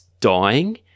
dying